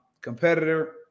competitor